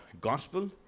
gospel